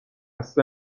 خسته